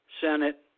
Senate